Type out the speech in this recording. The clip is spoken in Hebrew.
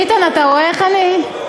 ביטן, אתה רואה איך אני?